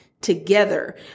together